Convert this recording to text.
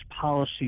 policy